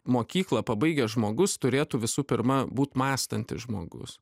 mokyklą pabaigęs žmogus turėtų visų pirma būt mąstantis žmogus